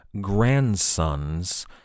grandsons